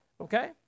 Okay